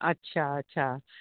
अच्छा अच्छा